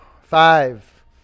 Five